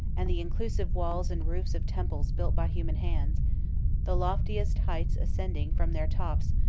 and the inclusive walls and roofs of temples built by human hands the loftiest heights ascending, from their tops,